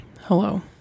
hello